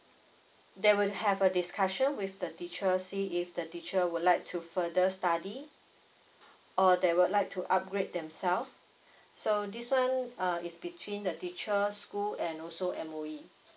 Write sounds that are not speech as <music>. they will have a discussion with the teacher see if the teacher would like to further study or they would like to upgrade themselves <breath> so this one uh is between the teacher school and also M_O_E